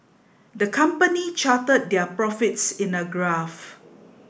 the company charted their profits in a graph